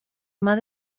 más